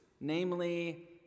namely